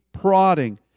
prodding